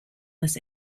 this